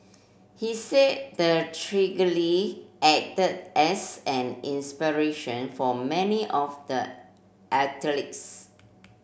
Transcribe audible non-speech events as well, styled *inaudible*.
he said the *unintelligible* acted as an inspiration for many of the athletes